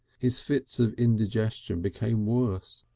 his fits of indigestion became worse,